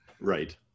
right